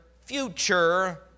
future